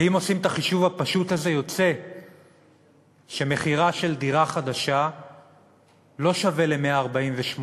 ואם עושים את החישוב הפשוט הזה יוצא שמחירה של דירה חדשה לא שווה ל-148